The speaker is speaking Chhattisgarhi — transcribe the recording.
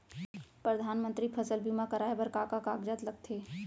परधानमंतरी फसल बीमा कराये बर का का कागजात लगथे?